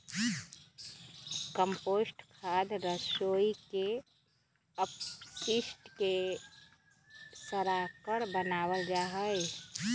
compost खाद रसोई के अपशिष्ट के सड़ाकर बनावल जा हई